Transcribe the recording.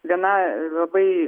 viena labai